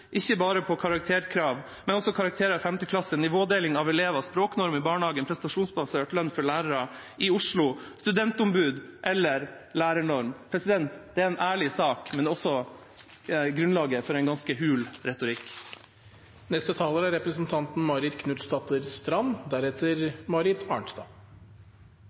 ikke bare når det gjelder karakterkrav, men også når det gjelder karakterer i 5. klasse, nivådeling av elever, språknorm i barnehagen, prestasjonsbasert lønn for lærere i Oslo, studentombud og lærernorm. Det er en ærlig sak, men det er også grunnlaget for en ganske hul retorikk. Regjeringspartiene prøver å forenkle debatten til at det handler om hvorvidt man er